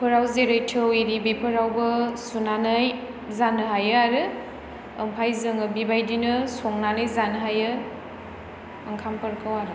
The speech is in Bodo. फोराव जेरै थौ इरि बेफोरावबो सुनानै जान्नो हायो आरो बेवहाय जोङो बेबायदिनो संनानै जानो हायो ओंखामफोरखौ आरो